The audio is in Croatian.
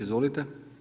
Izvolite.